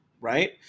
right